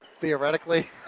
theoretically